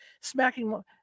smacking